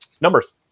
numbers